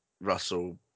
Russell